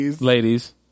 ladies